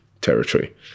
territory